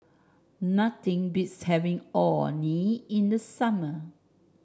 nothing beats having Orh Nee in the summer